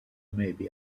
maybe